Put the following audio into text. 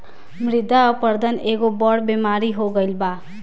मृदा अपरदन एगो बड़ बेमारी हो गईल बा